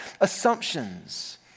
assumptions